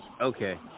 Okay